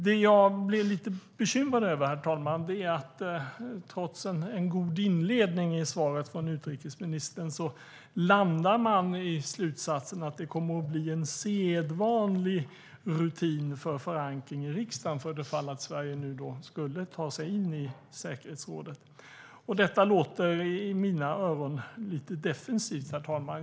Det jag blir lite bekymrad över, herr talman, är att trots en god inledning i svaret från utrikesministern landar det i slutsatsen att det kommer att bli en sedvanlig rutin för förankring i riksdagen för det fall att Sverige skulle ta sig in i säkerhetsrådet. Detta låter i mina öron lite defensivt, herr talman.